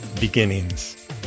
beginnings